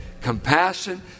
Compassion